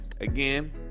again